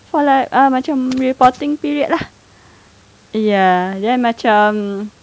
for like uh macam reporting period lah ya then macam